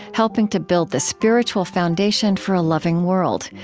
helping to build the spiritual foundation for a loving world.